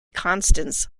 constance